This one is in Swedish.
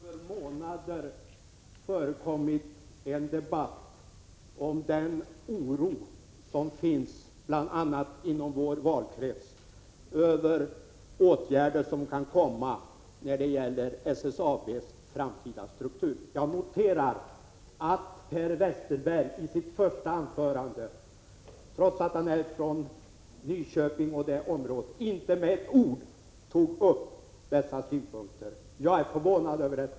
Fru talman! Det har under månader förekommit en debatt om den oro som finns bl.a. inom vår valkrets över kommande åtgärder när det gäller SSAB:s framtida struktur. Jag noterar att Per Westerberg i sitt första anförande — trots att han är från Nyköpingsområdet — inte med ett ord tog upp dessa synpunkter. Jag är förvånad över detta.